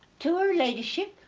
to her ladyship?